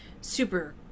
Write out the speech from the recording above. super